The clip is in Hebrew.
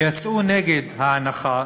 שיצאו נגד ההנחה